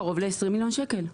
קרוב ל-20 מיליון שקל.